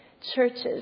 churches